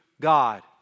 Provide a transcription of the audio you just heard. God